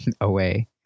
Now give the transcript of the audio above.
away